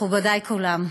מכובדי כולם,